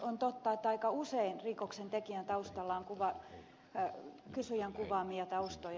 on totta että aika usein rikoksentekijän taustalla on kysyjän kuvaamia taustoja